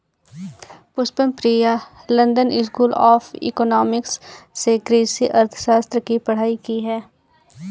Pushpam Priya London school of economics से कृषि अर्थशास्त्र की पढ़ाई की है